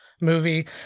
movie